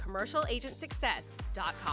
commercialagentsuccess.com